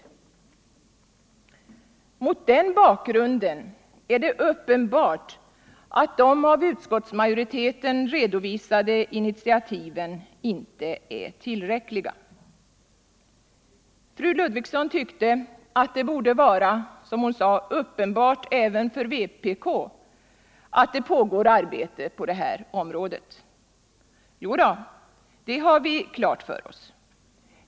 28 november 1974 Mot den bakgrunden är det uppenbart att de av utskottsmajoriteten redovisade initiativen inte är tillräckliga. Fru Ludvigsson tyckte att det — Jämställdhet borde vara ”uppenbart även för vpk” att det pågår arbete på detta område. mellan män och Jodå, det har vi klart för oss.